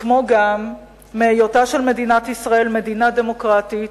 כמו גם מהיותה של מדינת ישראל מדינה דמוקרטית,